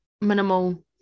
minimal